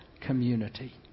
community